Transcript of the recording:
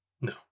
No